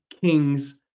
Kings